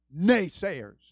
naysayers